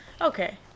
Okay